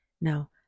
Now